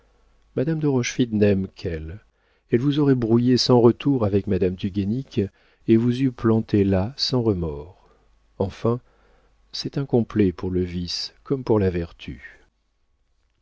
madame de rochefide n'aime qu'elle elle vous aurait brouillé sans retour avec madame du guénic et vous eût planté là sans remords enfin c'est incomplet pour le vice comme pour la vertu